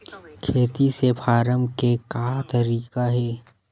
खेती से फारम के का तरीका हे?